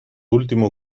último